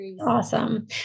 awesome